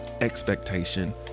expectation